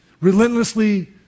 Relentlessly